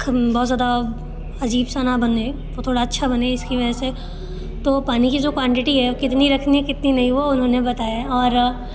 खम बहुत ज़्यादा अजीब सा ना बने वो थोड़ा अच्छा बने इसकी वजह से तो पानी की जो क्वानटिटी है कितनी रखनी कितनी नहीं वो उन्होंने बताया है और